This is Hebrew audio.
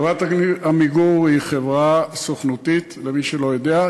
חברת "עמיגור" היא חברה סוכנותית, למי שלא יודע.